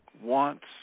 wants